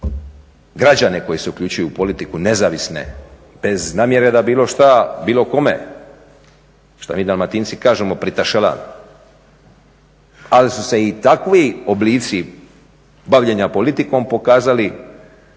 građane koji se uključuju u politiku, nezavisne, bez namjere da bilo što, bilo kome što mi dalmatinci kažemo pritašela ali su se i takvi oblici bavljenja politikom pokazali